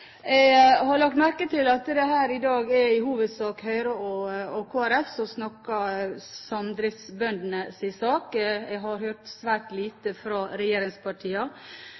Jeg har lagt merke til at det her i dag i hovedsak er Høyre og Kristelig Folkeparti som snakker samdriftsbøndenes sak. Jeg har hørt svært lite fra